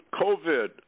COVID